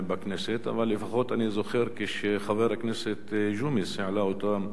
אבל לפחות אני זוכר כשחבר הכנסת ג'ומס העלה את הנושא הזה,